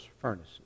furnaces